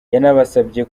yanabasabye